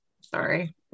Sorry